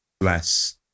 less